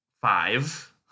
five